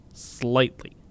Slightly